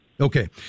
Okay